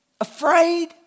Afraid